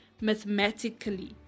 mathematically